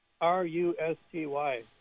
R-U-S-T-Y